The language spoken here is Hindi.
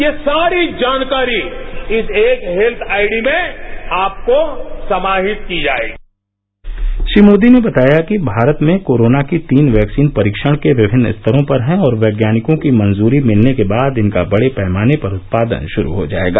ये सारी जानकारी इस एक हेल्थ आइबी में आपको समाहित की जाएगी श्री मोदी ने बताया कि भारत में कोरोना की तीन वैक्सीन परीक्षण के विभिन्न स्तरों पर हैं और वैज्ञानिकों की मंजरी मिलने के बाद इनका बड़े पैमाने पर उत्पादन शुरू हो जाएगा